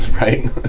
right